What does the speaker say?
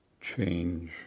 change